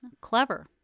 Clever